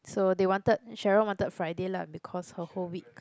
so they wanted Cheryl wanted Friday lah because her whole week